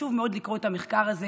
חשוב מאוד לקרוא את המחקר הזה,